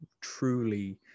truly